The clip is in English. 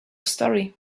story